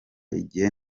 igihe